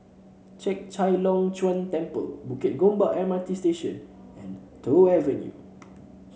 Chek Chai Long Chuen Temple Bukit Gombak M R T Station and Toh Avenue